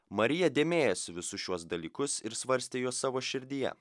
marija dėmėjosi visus šiuos dalykus ir svarstė juos savo širdyje